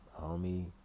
homie